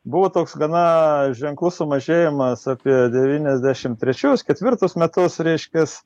buvo toks gana ženklus sumažėjimas apie devyniasdešim trečius ketvirtus metus reiškias